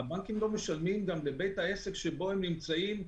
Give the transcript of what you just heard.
הבנקים גם לא משלמים תשלום לבית העסק שבו הם נמצאים.